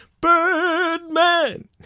Birdman